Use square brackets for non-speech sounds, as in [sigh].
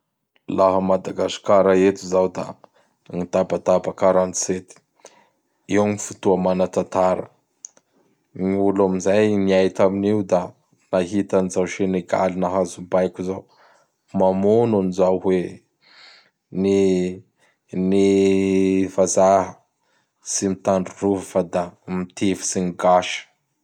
Laha a Madagasikara eto zao da gny tabataba quarante sept. [noise] Io gny fotoa manatatara. Gny olo am zay niay taminio da nahita an zao Senegaly nahazo baiko zao. Mamono an zao hoe. [noise] Ny ny vazaha tsy mitandrindrova fa da mitifitsy gn gasy.